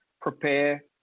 prepare